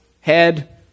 head